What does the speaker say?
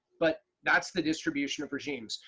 but that's the distribution of regimes.